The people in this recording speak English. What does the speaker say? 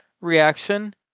reaction